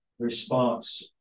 Response